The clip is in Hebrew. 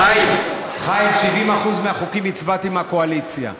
חיים, ב-70% מהחוקים הצבעתי עם הקואליציה,